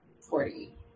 forty